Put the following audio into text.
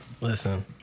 Listen